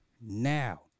now